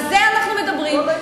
על זה אנחנו מדברים,